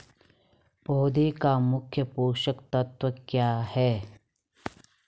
पौधें का मुख्य पोषक तत्व क्या है?